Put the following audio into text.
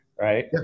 Right